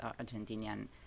Argentinian